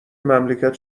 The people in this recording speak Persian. مملکت